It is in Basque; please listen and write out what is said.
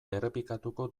errepikatuko